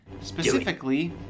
specifically